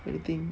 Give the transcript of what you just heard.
anything